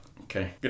Okay